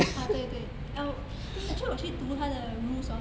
啊对对 actually 我去读他的 rules hor